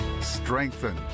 strengthen